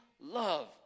love